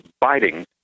biting